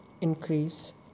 increase